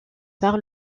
par